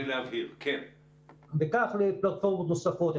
וכך לפלטפורמות נוספות,